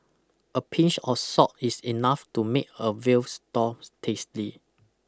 a pinch of salt is enough to make a veal store tasty